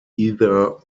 either